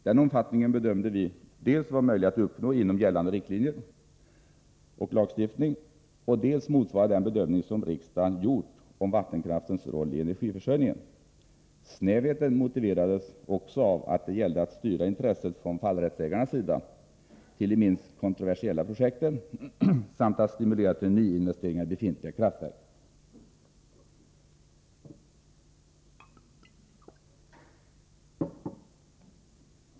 Denna omfattning bedömde vi dels vara möjlig att uppnå inom gällande riktlinjer och lagstiftning, dels motsvara den bedömning som riksdagen gjort om vattenkraftens roll i energiförsörjningen. Snävheten motiverades också av att det gällde att styra intresset från fallrättsägarnas sida till de minst kontroversiella projekten samt att stimulera till nyinvesteringar i befintliga kraftverk.